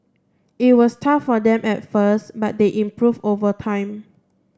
it was tough for them at first but they improve over time